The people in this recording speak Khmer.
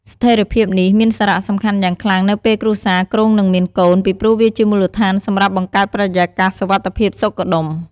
ស្ថេរភាពនេះមានសារៈសំខាន់យ៉ាងខ្លាំងនៅពេលគ្រួសារគ្រោងនឹងមានកូន ពីព្រោះវាជាមូលដ្ឋានសម្រាប់បង្កើតបរិយាកាសសុវត្ថិភាព សុខដុម ។